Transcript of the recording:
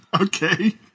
Okay